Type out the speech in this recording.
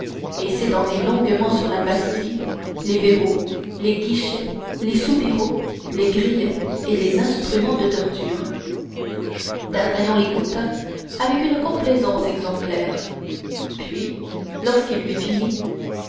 et s'étendit longuement sur la bastille les verrous les guichets les soupiraux les grilles et les instruments de torture d'artagnan l'écouta avec une complaisance exemplaire puis lorsqu'il eut fini